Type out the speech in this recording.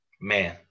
man